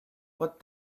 what